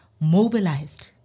mobilized